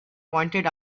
pointed